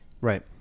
right